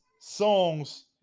songs